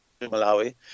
Malawi